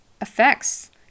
effects